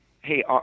hey